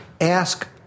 ask